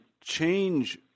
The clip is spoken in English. change